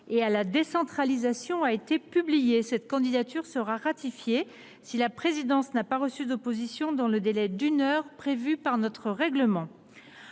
et à la décentralisation a été publiée. Cette candidature sera ratifiée si la présidence n’a pas reçu d’opposition dans le délai d’une heure prévu par notre règlement.